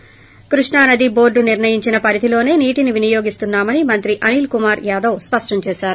ి కృష్ణా నది బోర్గు నిర్ణయించిన పరిధిలోసే నీటిని వినియోగిస్తున్నాయని మంత్రి అనిల్ కుమార్ యాదవ్ స్పష్టం చేశారు